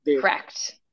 Correct